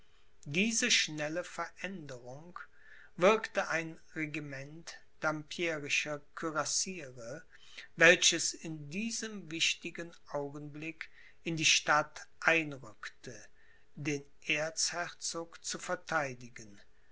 diese schnelle veränderung wirkte ein regiment dampierrischer kürassiere welches in diesem wichtigen augenblick in die stadt einrückte den erzherzog zu verteidigen